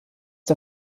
der